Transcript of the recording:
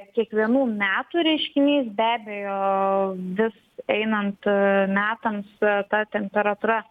kiekvienų metų reiškinys be abejo vis einant metams ta temperatūra